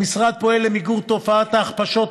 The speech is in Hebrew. המשרד פועל למיגור תופעת ההכפשות,